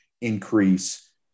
increase